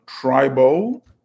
tribal